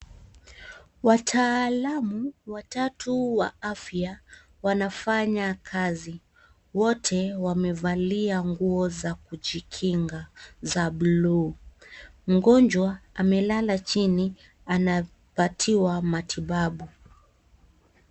Watalamu watatu wa afya wanafanya kazi. Wote wamevalia nguo za kujikinga za buluu. Mgonjwa amelala chini anapatiwa matibabu.